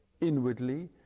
inwardly